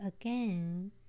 again